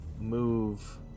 move